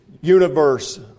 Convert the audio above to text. universe